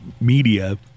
media